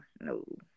No